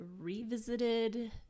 revisited